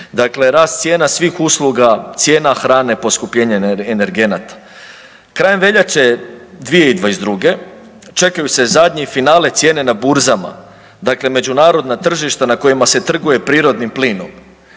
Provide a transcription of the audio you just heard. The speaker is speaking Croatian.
Dakle rast cijena svih usluga, cijena hrane, poskupljenje energenata. Krajem veljače 2022. čekaju se zadnji finale cijene na burzama, dakle međunarodna tržišta na kojima se trguje prirodnim plinom